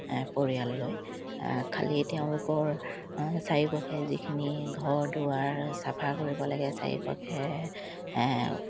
পৰিয়াল লৈ খালি তেওঁলোকৰ চাৰিওকাষে যিখিনি ঘৰ দুৱাৰ চাফা কৰিব লাগে চাৰিও পাশে